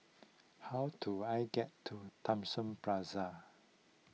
how do I get to Thomson Plaza